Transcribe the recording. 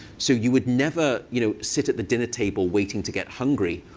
so you would never you know sit at the dinner table waiting to get hungry.